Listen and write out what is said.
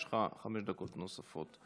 יש לך חמש דקות נוספות.